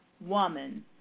woman